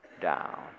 down